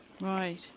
Right